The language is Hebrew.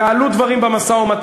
יעלו דברים במשא-ומתן,